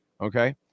Okay